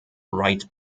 right